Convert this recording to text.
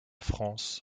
france